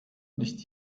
nicht